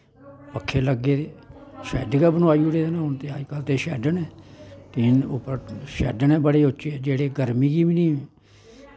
पक्खे लग्गे दे शैड्ड गै बनाई ओड़े दे हून ते अजकल्ल शैड्ड न टीन उप्पर शैड्ड न बड़े उच्चे जेह्ड़े गर्मी गी बी निं